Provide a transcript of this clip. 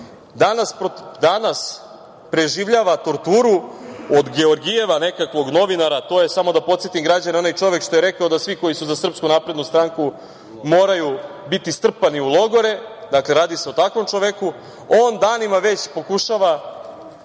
danas preživljava torturu od Georgijeva, nekakvog novinara, a to je, samo da podsetim građane, onaj čovek što je rekao da svi koji su za SNS moraju biti strpani u logore, radi se o takvom čoveku. On danima već pokušava